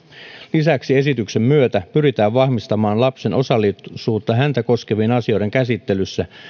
lisäksi esityksen myötä pyritään vahvistamaan lapsen osallisuutta häntä koskevien asioiden käsittelyssä